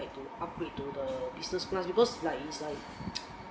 like to upgrade to the business class because like is like